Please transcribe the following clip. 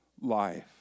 life